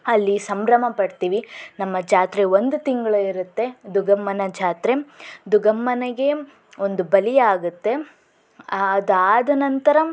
ಅಲ್ಲಿ ಸಂಭ್ರಮ ಪಡ್ತೀವಿ ನಮ್ಮ ಜಾತ್ರೆ ಒಂದು ತಿಂಗಳು ಇರುತ್ತೆ ದುರ್ಗಮ್ಮನ ಜಾತ್ರೆ ದುರ್ಗಮ್ಮನಿಗೆ ಒಂದು ಬಲಿಯಾಗುತ್ತೆ ಅದು ಆದ ನಂತರ